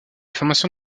formation